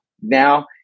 Now